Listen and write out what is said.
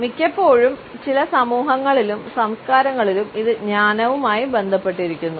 മിക്കപ്പോഴും ചില സമൂഹങ്ങളിലും സംസ്കാരങ്ങളിലും ഇത് ജ്ഞാനവുമായി ബന്ധപ്പെട്ടിരിക്കുന്നു